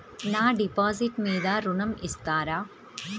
నా డిపాజిట్ మీద ఋణం ఇస్తారా?